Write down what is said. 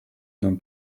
known